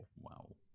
Wow